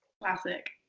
Classic